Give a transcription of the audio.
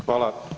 Hvala.